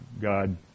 God